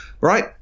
right